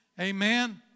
Amen